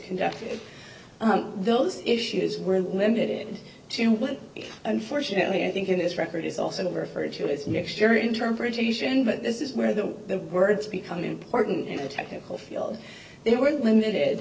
conducted those issues were limited to one unfortunately i think in this record is also referred to as next your interpretation but this is where the words become important in a technical field they weren't limited